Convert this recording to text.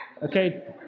okay